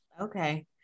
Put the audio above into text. Okay